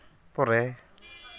ᱯᱚᱨᱮ